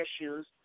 issues